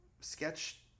sketch